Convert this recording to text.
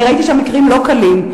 ראיתי שם מקרים לא קלים.